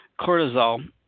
cortisol